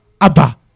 Abba